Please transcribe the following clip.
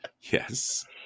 Yes